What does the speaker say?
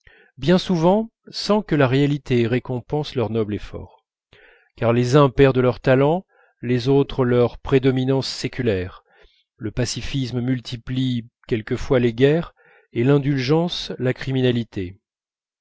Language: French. bien souvent sans que la réalité récompense leur noble effort car les uns perdent leur talent les autres leur prédominance séculaire le pacifisme multiplie quelquefois les guerres et l'indulgence la criminalité